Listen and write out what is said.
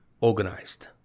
organized